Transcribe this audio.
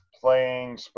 playing